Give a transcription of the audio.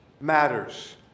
matters